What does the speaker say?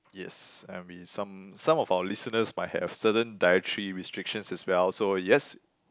yes I mean some some of our listeners might have certain dietary restrictions as well so yes